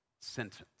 sentence